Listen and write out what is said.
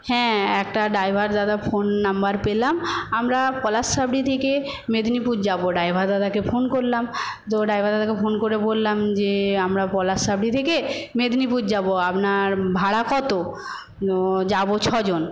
হ্যাঁ একটা ড্রাইভার দাদা ফোন নম্বর পেলাম আমরা পলাশসাবরি থেকে মেদিনীপুর যাবো ড্রাইভার দাদাকে ফোন করলাম তো ড্রাইভার দাদাকে ফোন করে বললাম যে আমরা পলাশসাবরি থেকে মেদিনীপুর যাবো আপনার ভাড়া কত যাবো ছজন